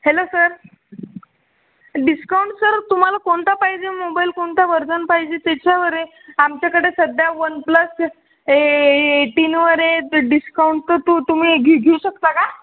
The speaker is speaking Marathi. हॅलो सर डिस्काऊंट सर तुम्हाला कोणता पाहिजे मोबाईल कोणता वर्जन पाहिजे त्याच्यावर आहे आमच्याकडे सध्या वन प्लस ए ए एटीनवर आहे तर डिस्काऊंट तर तु तुम्ही घे घेऊ शकता का